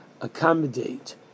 accommodate